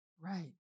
Right